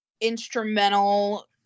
instrumental